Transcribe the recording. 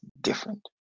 different